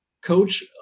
coach